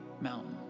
mountain